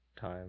time